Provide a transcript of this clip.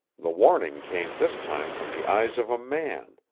the warning came this time from the eyes of a man,